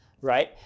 right